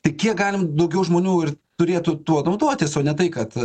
tai kiek galim daugiau žmonių ir turėtų tuo naudotis o ne tai kad